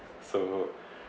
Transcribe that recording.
so